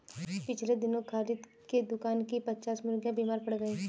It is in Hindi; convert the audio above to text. पिछले दिनों खालिद के दुकान की पच्चास मुर्गियां बीमार पड़ गईं